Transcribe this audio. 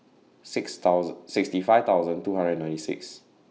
sixty thousand sixty five thousand two hundred and ninety six